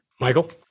Michael